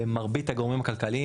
ומרבית הגורמים הכלכליים,